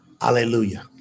Hallelujah